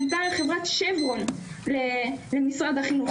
פנתה חברת שברון למשרד החינוך,